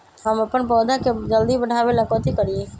हम अपन पौधा के जल्दी बाढ़आवेला कथि करिए?